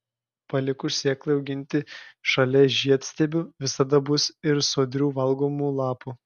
palikus sėklai auginti šalia žiedstiebių visada bus ir sodrių valgomų lapų